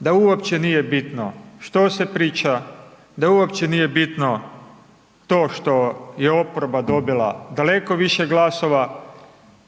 da uopće nije bitno što se priča, da uopće nije bitno to što je oporba dobila daleko više glasova,